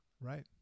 Right